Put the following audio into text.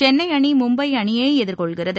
சென்னை அணி மும்பை அணியை எதிர்கொள்கிறது